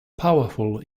powerful